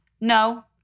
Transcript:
No